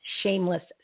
shameless